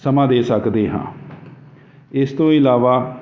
ਸਮਾਂ ਦੇ ਸਕਦੇ ਹਾਂ ਇਸ ਤੋਂ ਇਲਾਵਾ